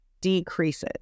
decreases